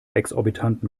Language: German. exorbitanten